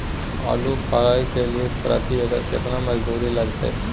आलू उखारय के लिये प्रति एकर केतना मजदूरी लागते?